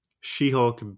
She-Hulk